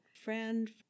friend